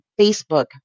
Facebook